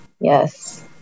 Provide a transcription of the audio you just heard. Yes